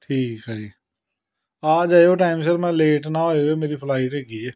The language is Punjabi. ਠੀਕ ਹੈ ਜੀ ਆ ਜਾਇਉ ਟਾਈਮ ਸਿਰ ਮੈਂ ਲੇਟ ਨਾ ਹੋ ਜਾਵੇ ਮੇਰੀ ਫਲਾਈਟ ਹੈਗੀ ਹੈ